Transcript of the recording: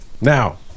Now